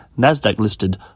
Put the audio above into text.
NASDAQ-listed